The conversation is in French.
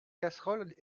casseroles